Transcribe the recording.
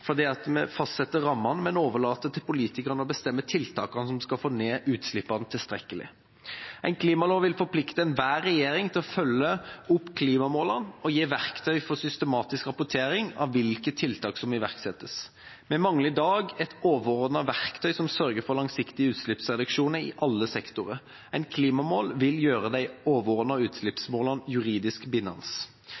fordi vi fastsetter rammene, men overlater til politikerne å bestemme tiltakene som skal få ned utslippene tilstrekkelig. En klimalov vil forplikte enhver regjering til å følge opp klimamålene og gi verktøy for systematisk rapportering av hvilke tiltak som iverksettes. Vi mangler i dag et overordnet verktøy som sørger for langsiktige utslippsreduksjoner i alle sektorer. En klimalov vil gjøre de overordnede utslippsmålene juridisk bindende.